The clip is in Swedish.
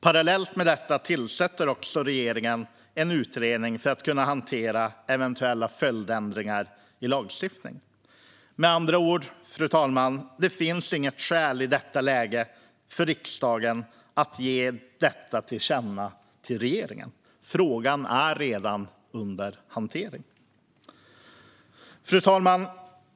Parallellt med detta tillsätter regeringen också en utredning för att kunna hantera eventuella följdändringar i lagstiftning. Det finns med andra ord inget skäl i detta läge för riksdagen att ge regeringen detta till känna. Frågan är redan under hantering. Fru talman!